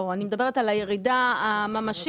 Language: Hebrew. אני מדברת על הירידה הממשית.